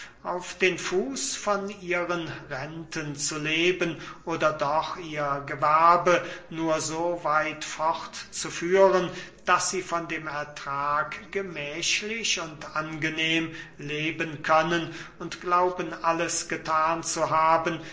auf den fuß von ihren renten zu leben oder doch ihr gewerbe nur so weit fort zu führen daß sie von dem ertrag gemächlich und angenehm leben können und glauben alles gethan zu haben